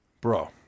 bro